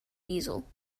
diesel